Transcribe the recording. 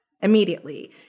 immediately